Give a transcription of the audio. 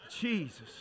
Jesus